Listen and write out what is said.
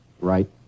Right